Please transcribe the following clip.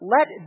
Let